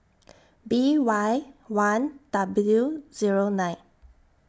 B Y one W Zero nine